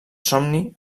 somni